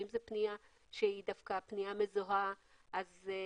אם זו פנייה שהיא דווקא פנייה מזוהה ואולי